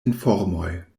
informoj